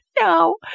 no